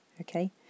okay